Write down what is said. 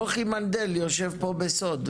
נוחי מנדל יושב פה בסוד,